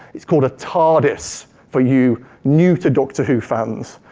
it's called a tardis, for you new to doctor who fans.